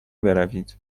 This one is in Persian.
بروید